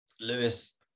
Lewis